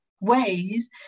ways